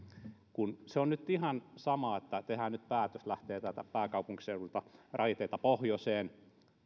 se on nyt ihan sama että tehdään nyt päätös lähtee täältä pääkaupunkiseudulta raiteita pohjoiseen